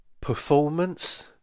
Performance